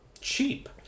cheap